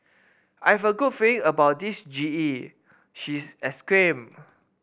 I have a good feeling about this G E she exclaimed